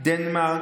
דנמרק,